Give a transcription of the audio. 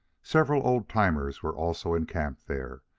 several old-timers were also in camp there.